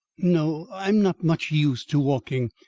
no. i'm not much used to walking.